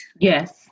Yes